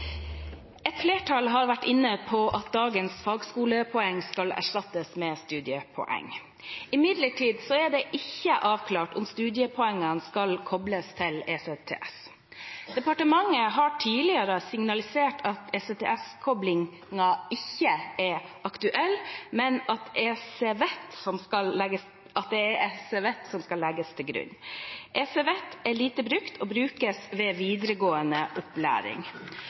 Et flertall har vært inne på at dagens fagskolepoeng skal erstattes med studiepoeng. Imidlertid er det ikke avklart om studiepoengene skal kobles til ECTS. Departementet har tidligere signalisert at ECTS-koblingen ikke er aktuell, men at det er ECVET som skal legges til grunn. ECVET er lite brukt og brukes ved videregående opplæring.